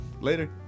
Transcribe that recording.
Later